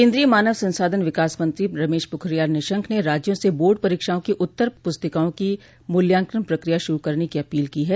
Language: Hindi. केंद्रीय मानव संसाधन विकास मंत्री रमेश पोखरियाल निशंक ने राज्यों से बोर्ड परीक्षाओं की उत्तर पुस्तिकाओं की मूल्यांकन प्रक्रिया शुरू करने की अपील की है